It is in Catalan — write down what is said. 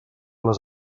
les